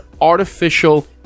artificial